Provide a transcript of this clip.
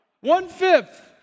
One-fifth